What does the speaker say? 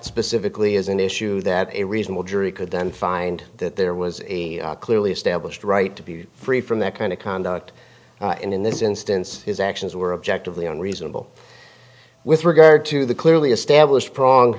specifically is an issue that a reasonable jury could then find that there was a clearly established right to be free from that kind of conduct in this instance his actions were objectively and reasonable with regard to the clearly established prong